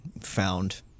found